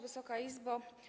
Wysoka Izbo!